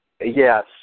Yes